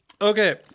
Okay